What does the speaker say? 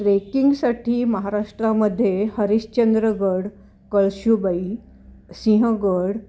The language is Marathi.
ट्रेकिंगसाठी महाराष्ट्रामध्ये हरिश्चंद्रगड कळसुबाई सिंहगड